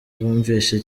bumvise